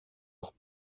leur